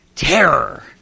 terror